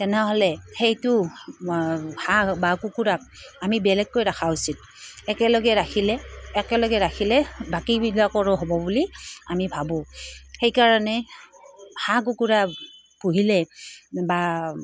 তেনেহ'লে সেইটো হাঁহ বা কুকুৰাক আমি বেলেগকৈ ৰখা উচিত একেলগে ৰাখিলে একেলগে ৰাখিলে বাকীবিলাকৰো হ'ব বুলি আমি ভাবোঁ সেইকাৰণে হাঁহ কুকুৰা পুহিলে বা